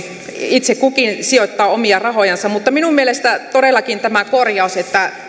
itse kukin sijoittaa omia rahojansa mutta minun mielestäni todellakin tämä korjaus oli